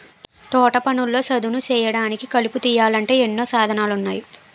తోటపనుల్లో చదును సేయడానికి, కలుపు తీయాలంటే ఎన్నో సాధనాలున్నాయి